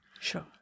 Sure